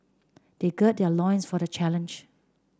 they gird their loins for the challenge